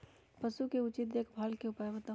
पशु के उचित देखभाल के उपाय बताऊ?